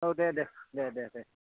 औ दे दे